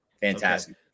Fantastic